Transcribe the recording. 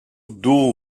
dual